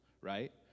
right